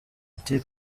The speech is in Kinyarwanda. ati